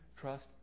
trust